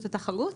רשות התחרות.